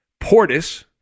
Portis